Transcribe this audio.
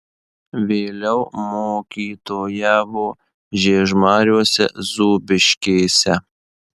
vėliau mokytojavo žiežmariuose zūbiškėse